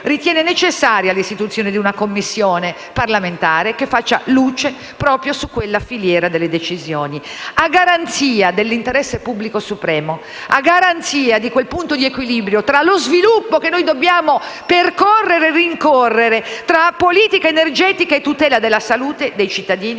ritiene necessaria l'istituzione di una Commissione parlamentare che faccia luce proprio su quella filiera delle decisioni, a garanzia dell'interesse pubblico supremo e a garanzia di quel punto di equilibrio tra lo sviluppo che noi dobbiamo percorrere e rincorrere, tra politica energetica e tutela della salute dei cittadini